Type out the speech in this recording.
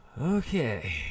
Okay